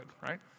right